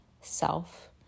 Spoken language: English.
self